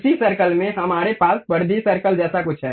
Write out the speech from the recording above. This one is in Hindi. उसी सर्कल में हमारे पास परिधि सर्कल जैसा कुछ है